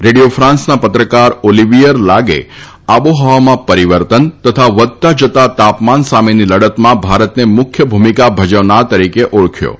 radio ફ્રાંસના પત્રકાર Olivier લાગે આબોહવામાં પરિવર્તન તથા વધતા જતા તાપમાન સામેની લડતમાં ભારતને મુખ્ય ભૂમિકા ભજવનાર તરીકે ઓળખાવ્યો છે